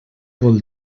vol